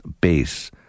base